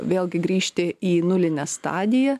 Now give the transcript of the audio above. vėlgi grįžti į nulinę stadiją